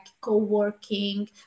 co-working